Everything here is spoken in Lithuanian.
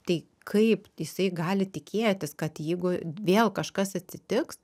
tai kaip jisai gali tikėtis kad jeigu vėl kažkas atsitiks